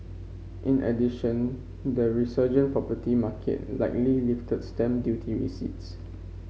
in addition the resurgent property market likely lifted stamp duty receipts